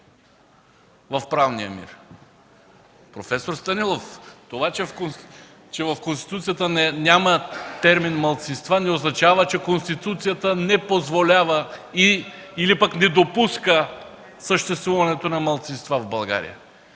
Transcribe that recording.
в правния мир. Професор Станилов, това, че в Конституцията няма термин „малцинства”, не означава, че Конституцията не позволява или пък не допуска съществуването на малцинства в България.